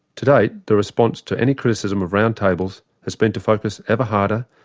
to date, the response to any criticism of roundtables has been to focus ever harder,